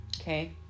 Okay